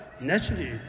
naturally